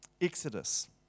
Exodus